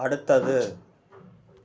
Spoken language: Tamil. அடுத்தது